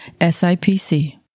SIPC